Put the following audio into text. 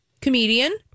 comedian